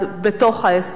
בתוך ההסכם,